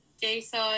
Jason